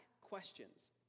questions